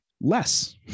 less